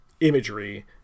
imagery